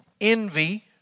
envy